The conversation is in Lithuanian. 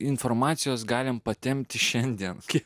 informacijos galime patempti šiandien kiek